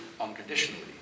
unconditionally